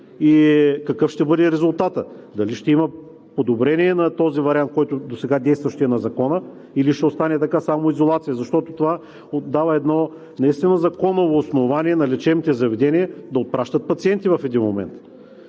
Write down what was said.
и какъв ще бъде резултатът, дали ще има подобрение на този вариант досега действащ в Закона, или ще остане само така – изолация, защото това отдава едно наистина законово основание на лечебните заведения да отпращат пациенти в един момент